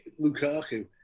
Lukaku